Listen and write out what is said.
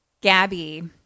Gabby